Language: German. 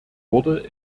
wurde